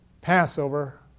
Passover